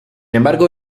embargo